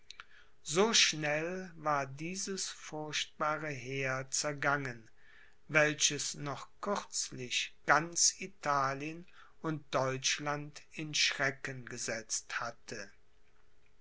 so schnell war dieses furchtbare heer zergangen welches noch kürzlich ganz italien und deutschland in schrecken gesetzt hatte